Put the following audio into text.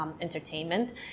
entertainment